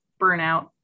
burnout